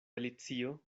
alicio